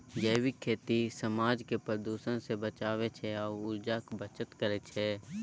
जैबिक खेती समाज केँ प्रदुषण सँ बचाबै छै आ उर्जाक बचत करय छै